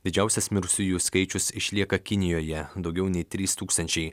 didžiausias mirusiųjų skaičius išlieka kinijoje daugiau nei trys tūkstančiai